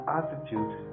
attitude